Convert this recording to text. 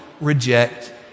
reject